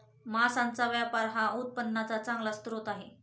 मांसाचा व्यापार हा उत्पन्नाचा चांगला स्रोत आहे